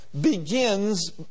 begins